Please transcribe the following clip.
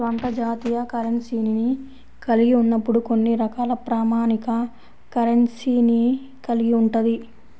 స్వంత జాతీయ కరెన్సీని కలిగి ఉన్నప్పుడు కొన్ని రకాల ప్రామాణిక కరెన్సీని కలిగి ఉంటది